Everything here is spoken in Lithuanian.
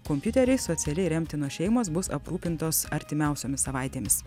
kompiuteriais socialiai remtinos šeimos bus aprūpintos artimiausiomis savaitėmis